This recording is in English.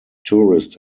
tourist